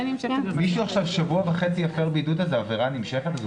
אם מישהו עכשיו שבוע וחצי הפר בידוד אז זו עבירה נמשכת?